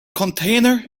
container